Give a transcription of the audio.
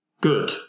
good